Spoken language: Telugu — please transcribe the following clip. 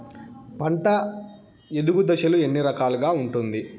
పంట ఎదుగు దశలు ఎన్ని రకాలుగా ఉంటుంది?